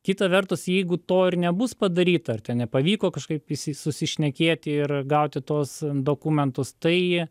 kita vertus jeigu to ir nebus padaryta ar ten nepavyko kažkaip visi susišnekėti ir gauti tuos dokumentus tai